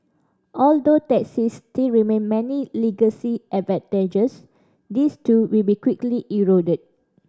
although taxis still retain many legacy advantages these too will be quickly eroded